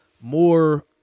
more